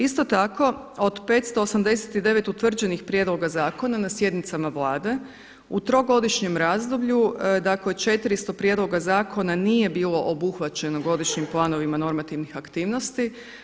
Isto tako od 589 utvrđenih prijedloga zakona na sjednicama Vlade u trogodišnjem razdoblju dakle 400 prijedloga zakona nije bilo obuhvaćeno godišnjim planovima normativnih aktivnosti.